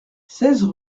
seize